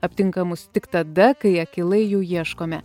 aptinkamus tik tada kai akylai jų ieškome